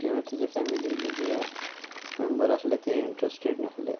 किंवां तेजे फॅमिलींतले जे मेंम्बर आसले ते इंट्रस्टेड नासले